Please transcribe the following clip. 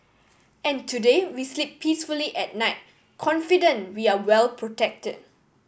and today we sleep peacefully at night confident we are well protected